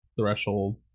threshold